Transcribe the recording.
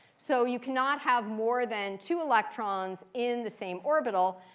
so you cannot have more than two electrons in the same orbital.